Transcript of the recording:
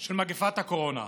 של מגפת הקורונה.